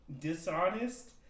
dishonest